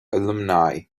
alumni